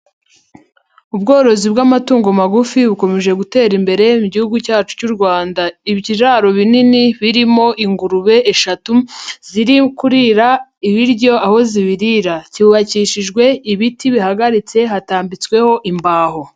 Ubworozi bw'amatungo magufi bukomeje gutera imbere mu gihuguhugu cyacu cy'u Rwanda, ibiraro binini birimo ingurube eshatu ziri kurira ibiryo aho zibiririra, cyubakishijwe ibiti bihagaritse hatambitsweho imbaho.